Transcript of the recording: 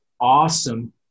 awesome